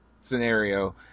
scenario